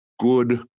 good